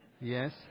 Yes